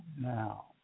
now